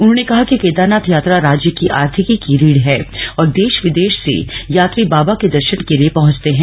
उन्होंने कहा कि केदारनाथ यात्रा राज्य की आर्थिकी की रीढ है और देश विदेश से यात्री बाबा के दर्शन के लिए पहुंचते है